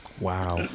Wow